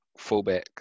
fullbacks